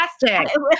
fantastic